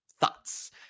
Thoughts